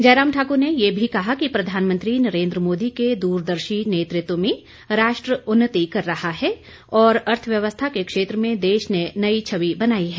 जयराम ठाकुर ने ये भी कहा कि प्रधानमंत्री नरेन्द्र मोदी के दूरदर्शी नेतृत्व में राष्ट्र उन्नति कर रहा है और अर्थव्यवस्था के क्षेत्र में देश ने नई छवि बनाई है